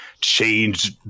change